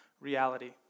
reality